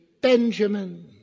Benjamin